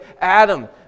Adam